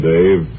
Dave